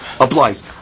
applies